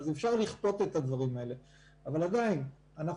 אפשר לכפות את הדברים האלה אבל עדיין אנחנו